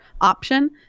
option